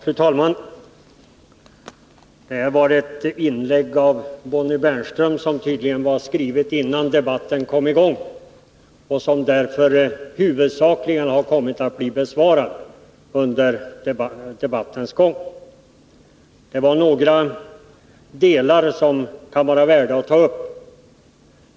Fru talman! Det här var ett inlägg av Bonnie Bernström som tydligen var skrivet innan debatten kommit i gång och som därför huvudsakligen kommit att bli besvarat under debattens gång. Det var några delar i Bonnie Bernströms inlägg som kan vara värda att ta upp.